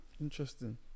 Interesting